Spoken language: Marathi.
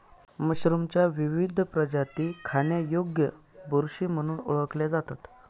मशरूमच्या विविध प्रजाती खाण्यायोग्य बुरशी म्हणून ओळखल्या जातात